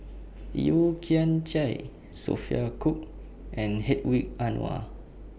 Yeo Kian Chai Sophia Cooke and Hedwig Anuar